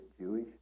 Jewish